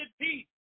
peace